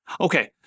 Okay